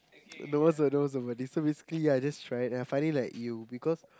that was a that was a so funny so basically yeah I just tried it and I find it like you because